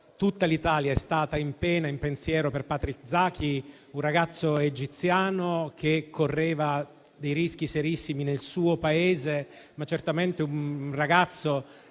tutta l'Italia è stata in pena e in pensiero per Patrick Zaki, un ragazzo egiziano che correva dei rischi serissimi nel suo Paese; certamente un ragazzo